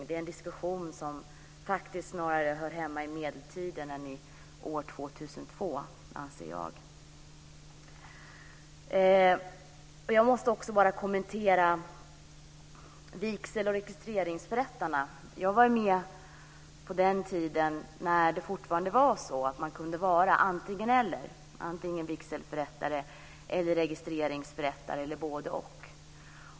Det är en diskussion som snarare hör hemma i medeltiden än i år 2002, anser jag. Jag måste också kommentera vigsel och registreringsförrättarna. Jag var med på den tid då man fortfarande kunde vara antingen-eller - antingen vigselförrättare eller registreringsförrättare - eller bådeoch.